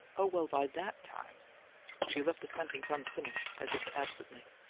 oh, well, by that time she left the sentence unfinished, as if absently.